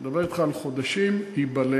אני מדבר אתך על חודשים, ייבלם,